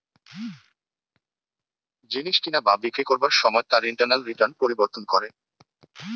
জিনিস কিনা বা বিক্রি করবার সময় তার ইন্টারনাল রিটার্ন পরিবর্তন করে